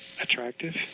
attractive